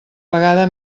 vegada